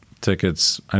tickets